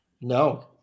No